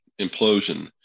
implosion